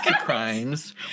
crimes